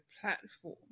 platform